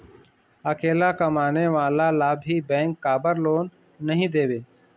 अकेला कमाने वाला ला भी बैंक काबर लोन नहीं देवे?